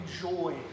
joy